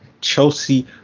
Chelsea